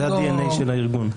זה ה-DNA של הארגון.